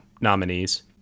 nominees